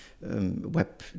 Web